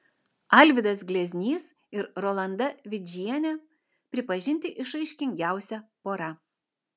alvydas gleznys ir rolanda vidžienė pripažinti išraiškingiausia pora